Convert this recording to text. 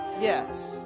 Yes